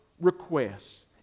requests